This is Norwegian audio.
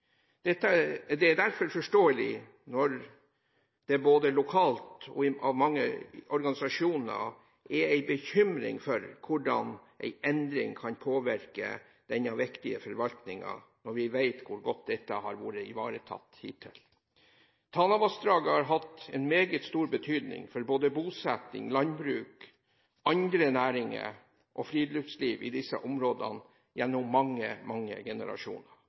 Det er derfor forståelig at det både lokalt og i mange organisasjoner er en bekymring for hvordan en endring kan påvirke denne viktige forvaltningen, når vi vet hvor godt dette har blitt ivaretatt hittil. Tanavassdraget har hatt en meget stor betydning for både bosetting, landbruk, andre næringer og friluftsliv i disse områdene gjennom mange generasjoner.